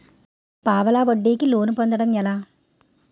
పావలా వడ్డీ కి లోన్ పొందటం ఎలా?